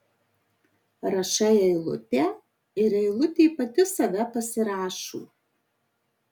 rašai eilutę ir eilutė pati save pasirašo